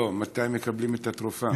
לא, מתי מקבלים את התרופה.